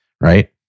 right